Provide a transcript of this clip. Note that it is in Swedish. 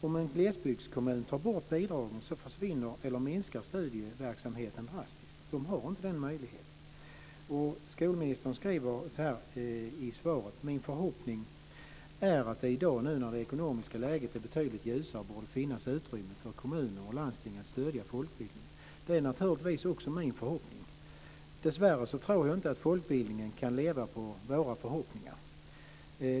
Om en glesbygdskommun tar bort bidragen försvinner eller minskar studieverksamheten drastiskt. Den har inte den möjligheten. Skolministern skriver i svaret: Min förhoppning är att det i dag nu när det ekonomiska läget är betydligt ljusare borde finnas utrymme för kommuner och landsting att stödja folkbildningen. Det är naturligtvis också min förhoppning. Dessvärre tror jag inte att folkbildningen kan leva på våra förhoppningar.